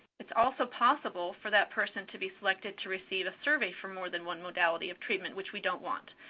it's also possible for that person to be selected to receive a survey for more than one modality of treatment, which we don't want.